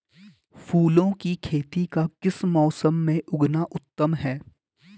फूलों की खेती का किस मौसम में उगना उत्तम है?